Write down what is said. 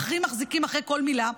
מחרים מחזיקים אחרי כל מילה.